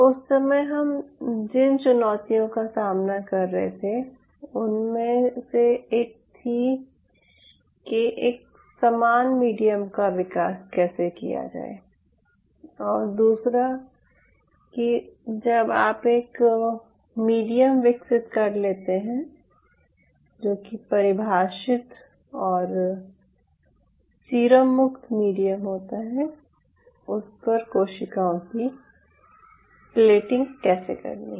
उस समय हम जिन चुनौतियों का सामना कर रहे थे उनमें से एक ये थी कि एक समान मीडियम का विकास कैसे किया जाए और दूसरा कि जब आप एक मीडियम विकसित कर लेते हैं जो कि एक परिभाषित और सीरम मुक्त मीडियम होता है उस पर कोशिकाओं की प्लेटिंग कैसे करनी है